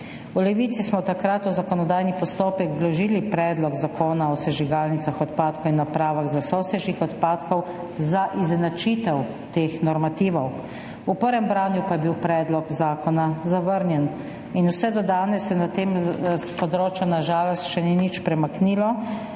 V Levici smo takrat v zakonodajni postopek vložili predlog zakona o sežigalnicah odpadkov in napravah za sosežig odpadkov za izenačitev teh normativov, v prvem branju pa je bil predlog zakona zavrnjen in vse do danes se na tem področju na žalost še ni nič premaknilo.